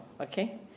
okay